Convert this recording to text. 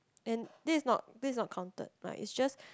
and this is not this is not counted like it's just